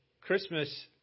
Christmas